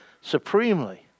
supremely